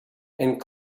and